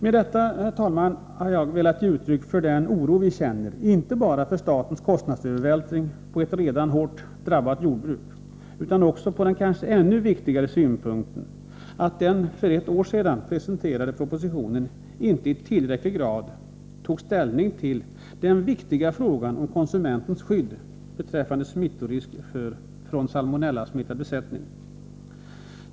Med detta, herr talman, har jag velat ge uttryck för den oro som vi känner, inte enbart för statens kostnadsövervältring på ett redan hårt drabbat jordbruk utan också för det kanske ännu viktigare faktum att den för ett år sedan presenterade propositionen inte i tillräcklig grad tog ställning till den betydelsefulla frågan om konsumenternas skydd mot risken för smitta från salmonellasmittad besättning.